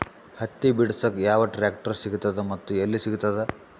ಹತ್ತಿ ಬಿಡಸಕ್ ಯಾವ ಟ್ರಾಕ್ಟರ್ ಸಿಗತದ ಮತ್ತು ಎಲ್ಲಿ ಸಿಗತದ?